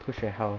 吐血 how